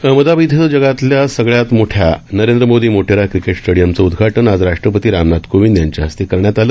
अहमदाबाद इथं जगातल्या सगळ्यात मोठ्या नरेंद्र मोदी मोटेरा क्रिकेट स्टेडीयमचं उदघाटन आज राष्ट्रपती रामनाथ कोविंद यांच्या हस्ते करण्यात आलं